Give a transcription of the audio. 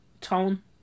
tone